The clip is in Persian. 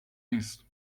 نیست